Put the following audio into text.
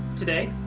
today,